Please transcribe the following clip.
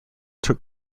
took